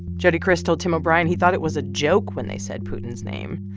jody kriss told tim o'brien he thought it was a joke when they said putin's name,